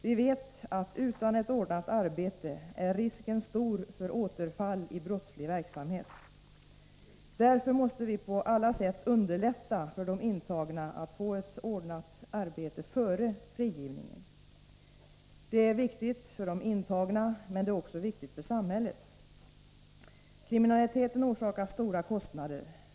Vi vet att om de intagna är utan ordnat arbete vid frigivningen är risken stor för återfall i brottslig verksamhet. Därför måste vi på alla sätt underlätta för de intagna att få arbete ordnat före frigivningen. Det är viktigt för de intagna men också för samhället. Kriminaliteten orsakar stora kostnader.